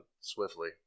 swiftly